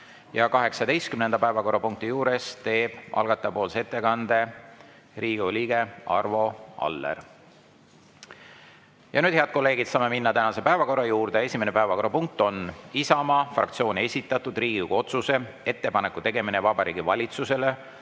18. päevakorrapunkti juures teeb algataja ettekande Riigikogu liige Arvo Aller. Ja nüüd, head kolleegid, saame minna tänase päevakorra juurde. Esimene päevakorrapunkt on Isamaa fraktsiooni esitatud Riigikogu otsuse "Ettepaneku tegemine Vabariigi Valitsusele